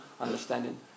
understanding